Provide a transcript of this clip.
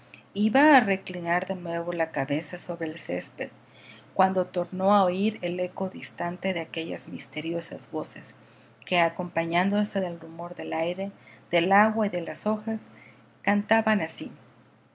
iba a reclinar de nuevo la cabeza sobre el césped cuando tornó a oír el eco distante de aquellas misteriosas voces que acompañándose del rumor del aire del agua y de las hojas cantaban así